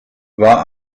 war